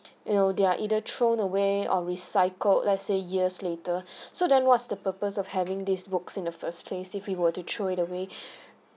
you know they're either thrown away or recycled let's say years later so then what's the purpose of having these books in the first place if we were to throw it away